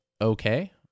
okay